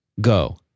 go